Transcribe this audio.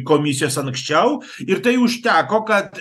komisijos anksčiau ir tai užteko kad